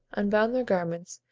unbound their garments,